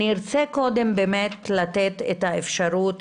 אני ארצה קודם לתת את האפשרות